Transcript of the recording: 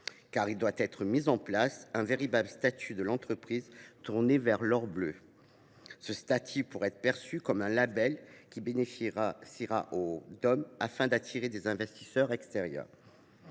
de mettre en place un véritable statut de l’entreprise tournée vers l’or bleu. Ce statut pourra être perçu comme un label qui bénéficiera aux DOM afin d’attirer des investisseurs extérieurs.